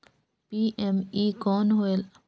PME कौन होयल?